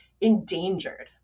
endangered